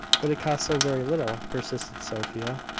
but it costs so very little! persisted sophia.